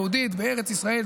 יהודית בארץ ישראל.